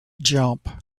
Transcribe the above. jump